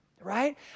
Right